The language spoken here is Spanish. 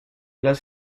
las